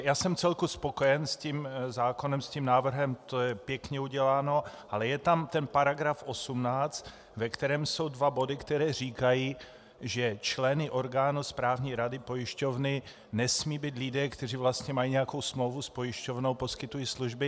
Já jsem vcelku spokojen s tím zákonem, s tím návrhem, to je pěkně uděláno, ale je tam ten § 18, ve kterém jsou dva body, které říkají, že členy orgánu správní rady pojišťovny nesmí být lidé, kteří vlastně mají nějakou smlouvu s pojišťovnou, poskytují služby.